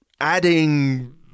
adding